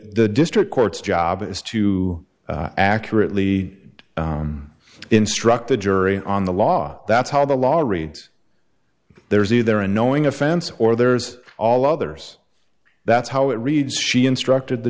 the district court's job is to accurately instruct the jury on the law that's how the law reads there's either a knowing offense or there's all others that's how it reads she instructed the